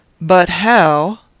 but how?